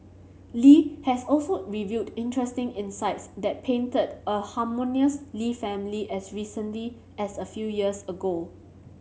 Li has also revealed interesting insights that painted a harmonious Lee family as recently as a few years ago